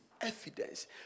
Evidence